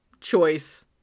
choice